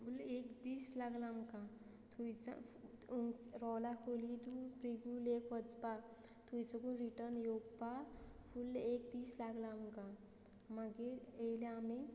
फूल एक दीस लागला आमकां थुंयसा रोवला खोली टू प्रिगू लेक वचपाक थंय साकून रिटर्न येवपा फूल एक दीस लागला आमकां मागीर येयले आमी